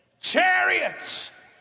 chariots